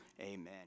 amen